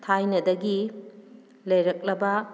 ꯊꯥꯏꯅꯗꯒꯤ ꯂꯩꯔꯛꯂꯕ